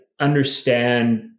understand